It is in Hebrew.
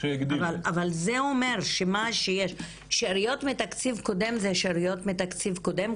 אבל זה אומר שאריות מתקציב קודם הן שאריות מתקציב קודם,